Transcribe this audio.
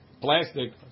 plastic